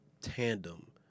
Tandem